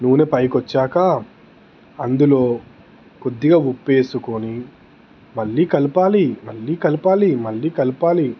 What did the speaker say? నూనె పైకి వచ్చాక అందులో కొద్దిగా ఉప్పు వేసుకొని మళ్ళీ కలపాలి మళ్ళీ కలపాలి మళ్ళీ కలపాలి